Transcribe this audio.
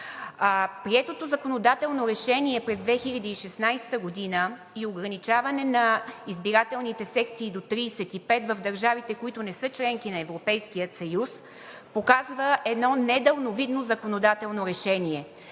Приетото законодателно решение през 2016 г. и ограничаване на избирателните секции до 35 в държавите, които не са членки на Европейския съюз, показва едно недалновидно законодателно решение.